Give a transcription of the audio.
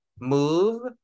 Move